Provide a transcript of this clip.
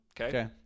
Okay